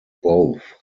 both